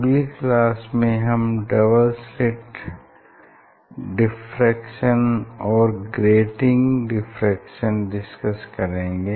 अगली क्लास में हम डबल स्लिट डिफ्रैक्शन और ग्रेटिंग डिफ्रैक्शन डिस्कस करेंगे